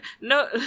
no